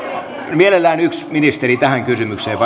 mielellään yksi ministeri tähän kysymykseen